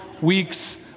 weeks